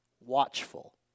watchful